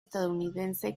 estadounidense